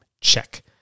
check